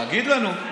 תגיד לנו.